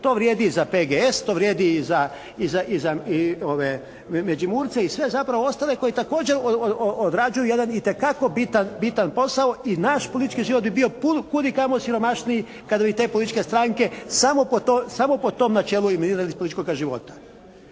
To vrijedi i za PGS, to vrijedi i za ove Međimurce i sve zapravo ostale koji također odrađuju jedan itekako bitan posao i naš politički život bi bio kudikamo siromašniji kada bi te političke stranke samo po tom načelu eliminirali iz političkog života.